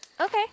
okay